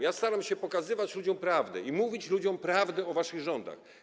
Ja staram się pokazywać ludziom prawdę i mówić ludziom prawdę o waszych rządach.